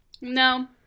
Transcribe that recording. No